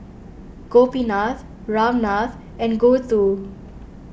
Gopinath Ramnath and Gouthu